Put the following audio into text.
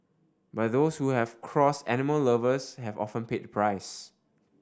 but those who have crossed animal lovers have often paid the price